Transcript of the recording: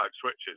switches